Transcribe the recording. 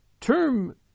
term